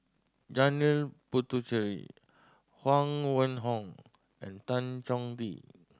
Janil Puthucheary Huang Wenhong and Tan Chong Tee